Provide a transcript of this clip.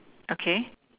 okay